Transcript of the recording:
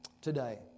today